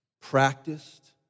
practiced